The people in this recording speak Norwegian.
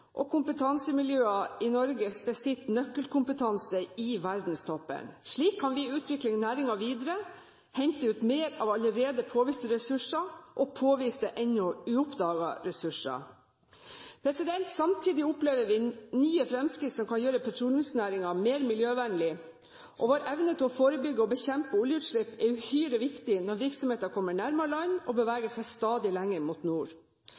og kompetansemiljøene i Norge besitter nøkkelkompetanse i verdenstoppen. Slik kan vi utvikle næringen videre, hente ut mer av allerede påviste ressurser og påvise enda uoppdagede ressurser. Samtidig opplever vi nye fremskritt som kan gjøre petroleumsnæringen mer miljøvennlig. Vår evne til å forebygge og bekjempe oljeutslipp er uhyre viktig når virksomheten kommer nærmere land og beveger seg stadig lenger mot nord.